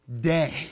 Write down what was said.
day